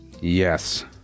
Yes